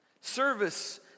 Service